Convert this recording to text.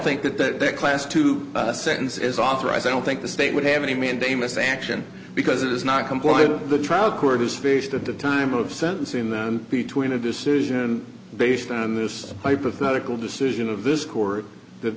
think that that class to a sentence is authorized i don't think the state would have any mandamus action because it does not comply with the trial court is fish the time of sentencing them between a decision based on this hypothetical decision of this court th